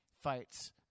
fights